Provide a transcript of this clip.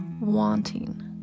wanting